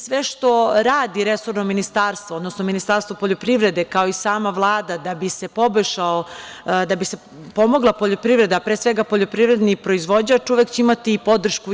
Sve što radi resorno ministarstvo, odnosno Ministarstvo poljoprivrede kao i sama Vlada, da bi se pomogla poljoprivreda, pre svega, poljoprivredni proizvođač, uvek će imati podršku JS.